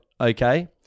okay